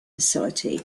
facility